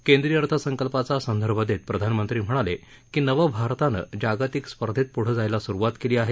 केंद्रीय अर्थसंकल्पाचा संदर्भ देत प्रधानमंत्री म्हणाले की नवभारतानं जागतिक स्पर्धेत पुढे जायला सुरुवात झाली आहे